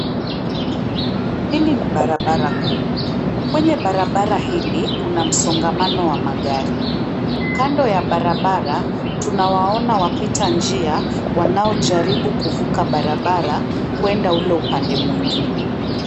Hili ni barabara kuu. Kwenye barabara hili, kuna msongamano wa magari. Kando ya barabara, tunawaona wapita njia wanaojaribu kuvuka barabara, kwenda ule upande mwingine.